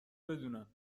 بدونن